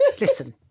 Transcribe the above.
Listen